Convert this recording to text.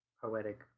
poetic